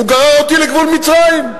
הוא גרר אותי לגבול מצרים.